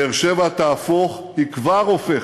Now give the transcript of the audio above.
באר-שבע תהפוך, היא כבר הופכת,